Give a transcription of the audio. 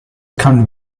kann